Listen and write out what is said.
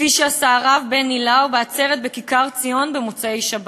כפי שעשה הרב בני לאו בעצרת בכיכר-ציון במוצאי שבת.